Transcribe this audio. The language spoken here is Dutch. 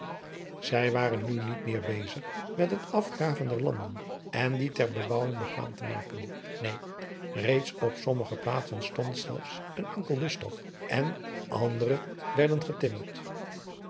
zij waren nu niet meer bezig met het afgraven der landen en die ter bebouwing bekwaam te maken neen reeds op sommige plaatsen stond zelfs een enkel lusthof en andere werden er getimmerd